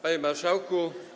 Panie Marszałku!